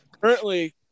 currently